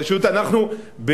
פשוט אנחנו,